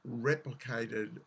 replicated